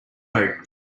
road